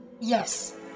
Yes